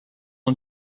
and